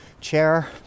chair